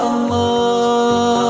Allah